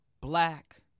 black